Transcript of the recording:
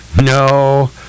No